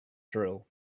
drill